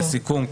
לסיכום,